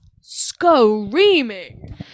Screaming